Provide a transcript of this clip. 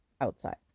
Outside